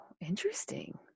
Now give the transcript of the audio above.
interesting